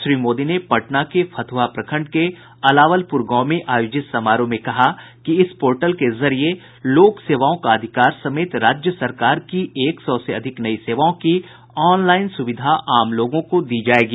श्री मोदी ने पटना के फत्रहा प्रखंड के अलावलप्र गांव में आयोजित समारोह में कहा कि इस पोर्टल के जरिए लोक सेवाओं का अधिकार समेत राज्य सरकार की एक सौ से अधिक नई सेवाओं की ऑनलाइन सुविधा आम लोगों को दी जायेगी